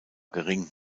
gering